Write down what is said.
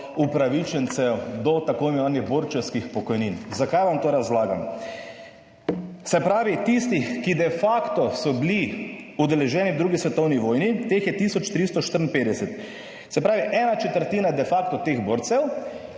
upravičencev do tako imenovanih borčevskih pokojnin. Zakaj vam to razlagam? Se pravi tistih, ki de facto so bili udeleženi v 2. svetovni vojni, teh je tisoč 354, se pravi, ena četrtina je de facto teh borcev,